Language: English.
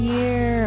Year